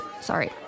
sorry